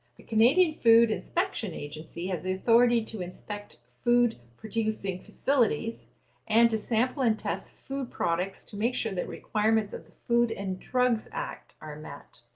the canadian food inspection agency has the authority to inspect food producing facilities and to sample and test food products to make sure that requirements of the food and drugs act are met.